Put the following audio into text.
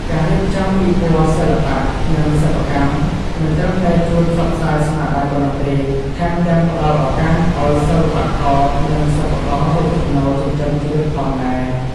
ការរៀបចំពិព័រណ៍សិល្បៈ និងសិប្បកម្ម មិនត្រឹមតែជួយផ្សព្វផ្សាយស្នាដៃប៉ុណ្ណោះទេ ថែមទាំងផ្តល់ឱកាសឱ្យសិល្បករនិងសិប្បកររកចំណូលចិញ្ចឹមជីវិតផងដែរ។